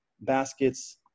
baskets